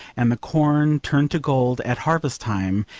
and the corn turn to gold at harvest time,